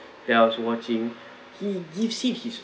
that I was watching he gives you his